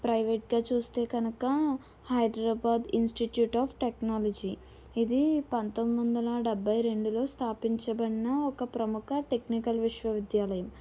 private గా చూస్తే కనుక హైదరాబాద్ ఇన్స్టిట్యూట్ ఆఫ్ టెక్నాలజీ ఇది పందొమ్మిది వందల డెబ్బై రెండులో స్థాపించబడిన ఒక ప్రముఖ టెక్నికల్ విశ్వవిద్యాలయం